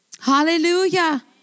Hallelujah